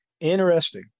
Interesting